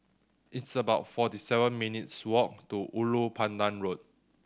it's about forty seven minutes' walk to Ulu Pandan Road